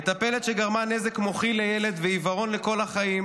מטפלת שגרמה נזק מוחי לילד ועיוורון לכל החיים